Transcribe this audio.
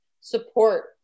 support